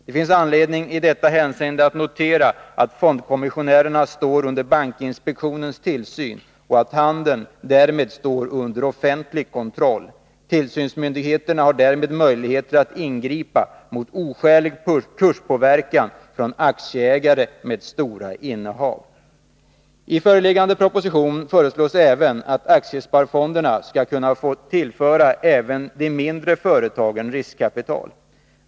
Det finns anledning att i detta hänseende notera att fondkommissionärerna står under bankinspektionens tillsyn och att handeln därmed står under offentlig kontroll. Tillsynsmyndigheten har därmed möjlighet att ingripa mot oskälig kurspåverkan från aktieägare med stora innehav. I föreliggande proposition föreslås även att aktiesparfonderna skall kunna tillföra även de mindre företagen riskkapital.